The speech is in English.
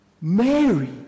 Mary